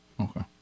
Okay